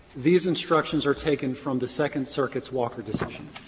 these instructions are taken from the second circuit's walker decision,